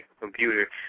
computer